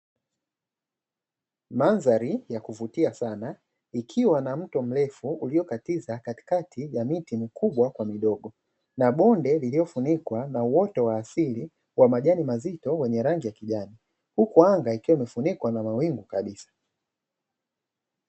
Mandhari ya kuvutia sana ikiwa na mto mrefu uliokatiza katikati ya miti mikubwa kwa midogo na bonde lililofunikwa na uoto wa asili wa majani mazito yenye rangi ya kijani uku anga ikiwa imefunikwa na mawingu kabisa.